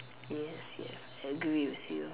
yes yes I agree with you